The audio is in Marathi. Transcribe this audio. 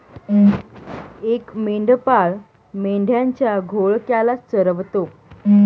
एक मेंढपाळ मेंढ्यांच्या घोळक्याला चरवतो